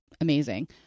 amazing